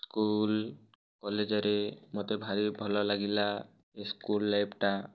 school କଲେଜ୍ରେ ମତେ ଭାରି ଭଲ ଲାଗିଲା ଏ ସ୍କୁଲ୍ ଲାଇଫ୍ଟା